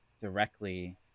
directly